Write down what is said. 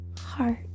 heart